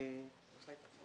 אתה מדבר כבר על איזושהי תוצאה.